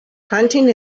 hunting